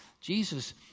Jesus